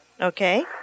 Okay